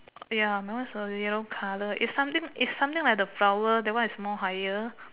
ya my one is the yellow colour is something is something like the flower that one is more higher